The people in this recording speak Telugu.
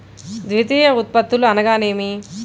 ద్వితీయ ఉత్పత్తులు అనగా నేమి?